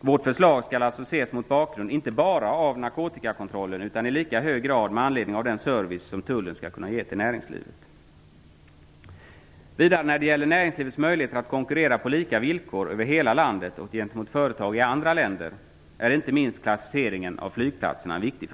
Vårt budgetförslag skall ses mot bakgrund av inte bara narkotikakontrollen utan i lika hög grad med anledning av den service som Tullen skall kunna ge till näringslivet. När det gäller möjligheter att konkurrera på lika villkor över hela landet och gentemot företag i andra länder är inte minst klassificeringen av flygplatserna viktig.